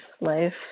life